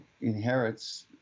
inherits